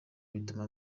bituma